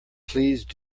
please